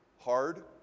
hard